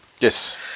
Yes